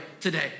today